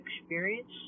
experience